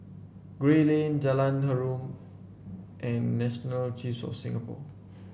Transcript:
Gray Lane Jalan Harum and National Archives of Singapore